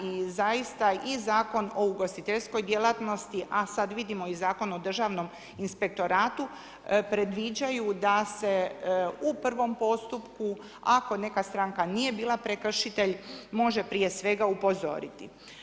I zaista i Zakon o ugostiteljskoj djelatnosti a sad vidimo i Zakon o državnom inspektoratu predviđaju da se u prvom postupku ako neka stranka nije bila prekršitelj može prije svega upozoriti.